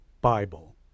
Bible